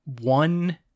one